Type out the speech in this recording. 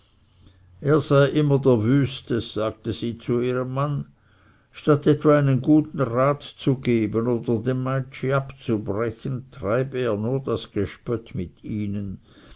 er sei immer der wüstest sagte sie zu ihrem mann statt etwa einen guten rat zu geben oder dem meitschi abzubrechen treibe er nur das gespött mit ihnen